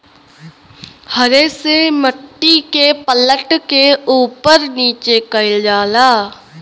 हरे से मट्टी के पलट के उपर नीचे कइल जाला